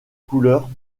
couleurs